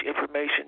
information